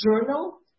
journal